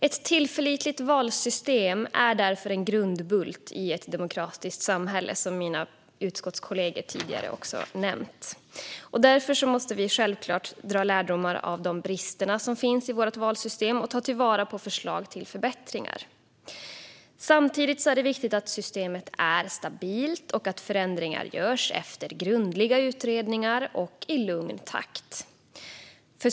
Ett tillförlitligt valsystem är därför en grundbult i ett demokratiskt samhälle, som mina utskottskollegor tidigare har nämnt. Därför måste vi självklart dra lärdomar av de brister som finns i vårt valsystem och ta till vara förslag på förbättringar. Samtidigt är det viktigt att systemet är stabilt och att förändringar görs efter grundliga utredningar och i lugn takt.